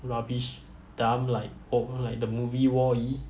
rubbish dump like oh like the movie wall E